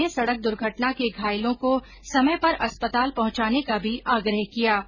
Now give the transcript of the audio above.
उन्होंने सड़क दुर्घटना के घायलों को समय पर अस्पताल पहुंचाने का भी आग्रह किया